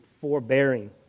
forbearing